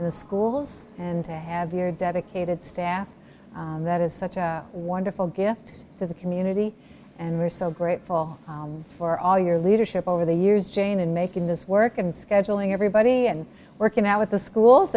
in the schools and to have your dedicated staff that is such a wonderful gift to the community and we're so grateful for all your leadership over the years jane in making this work and scheduling everybody and working out with the schools